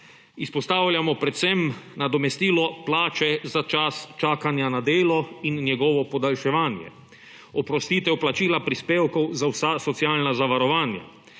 Izpostavljamo predvsem nadomestilo plače za čas čakanja na delo in njegovo podaljševanje; oprostitev plačila prispevkov za vsa socialna zavarovanja;